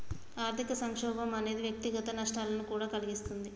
ఆర్థిక సంక్షోభం అనేది వ్యక్తిగత నష్టాలను కూడా కలిగిస్తుంది